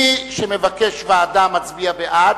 מי שמבקש ועדה, מצביע בעד.